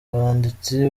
abanditsi